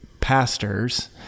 pastors